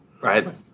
right